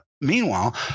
meanwhile